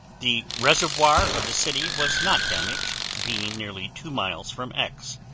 the reservoir of the city was not damaged, being nearly two miles from x.